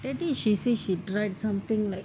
that day she say she tried something like